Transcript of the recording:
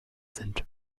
sind